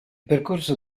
percorso